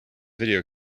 video